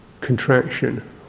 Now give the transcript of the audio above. contraction